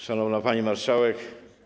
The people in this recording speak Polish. Szanowna Pani Marszałek!